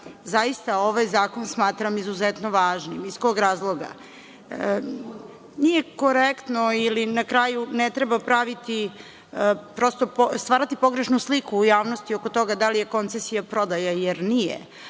zaista ovaj zakon smatram izuzetno važnim. Iz kog razloga? Nije korektno i na kraju ne treba stvarati pogrešnu sliku u javnosti oko toga da li je koncesija prodaja, jer nije.